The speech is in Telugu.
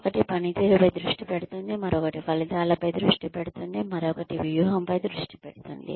ఒకటి పనితీరుపై దృష్టి పెడుతుంది మరొకటి ఫలితాలపై దృష్టి పెడుతుంది మరొకటి వ్యూహంపై దృష్టి పెడుతుంది